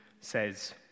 says